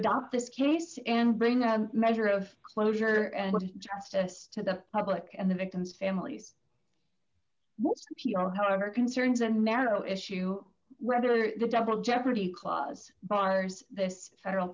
adopt this case and bring them measure of closure and justice to the public and the victims families p r however concerns and narrow issue rather the double jeopardy clause bars this federal